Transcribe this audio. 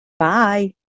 Bye